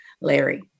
Larry